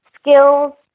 skills